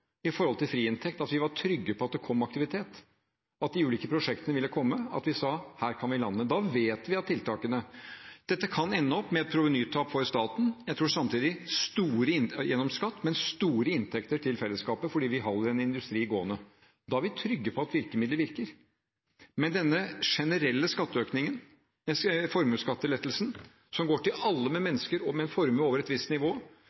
at vi var trygge på at det ville komme aktivitet, og at de ulike prosjektene ville komme, at vi sa: Her kan vi lande. Dette kan ende opp med et provenytap for staten gjennom skatt. Jeg tror samtidig at det blir store inntekter til fellesskapet fordi vi holder en industri gående. Da er vi trygge på at virkemiddelet virker. Men den generelle formuesskattelettelsen som går til alle med en formue over et visst nivå,